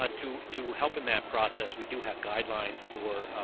ah to to help in that process we do have guidelines for